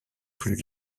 plus